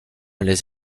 les